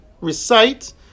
recite